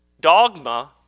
dogma